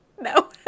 No